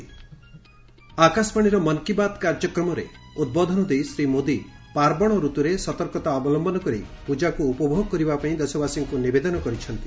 ଆକାଶବାଣୀର ମନ୍ କି କାର୍ଯ୍ୟକ୍ରମରେ ଉଦ୍ବୋଧନ ଦେଇ ଶ୍ରୀ ମୋଦୀ ପାର୍ବଣ ଋତୁରେ ସତର୍କତା ଅବଲମ୍ଭନ କରି ପୂଜାକୁ ଉପଭୋଗ କରିବା ପାଇଁ ଦେଶବାସୀଙ୍କୁ ନିବେଦନ କରିଛନ୍ତି